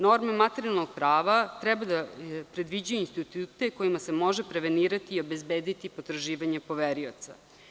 Norme materijalnog prava treba da predviđaju institute kojima se može prevenirati i obezbediti potraživanje poverioca.